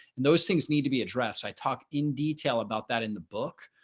and those things need to be addressed. i talked in detail about that in the book.